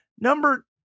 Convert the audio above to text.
Number